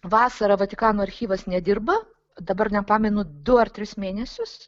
vasarą vatikano archyvas nedirba dabar nepamenu du ar tris mėnesius